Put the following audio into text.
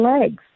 legs